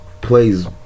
plays